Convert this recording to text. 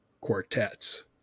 quartets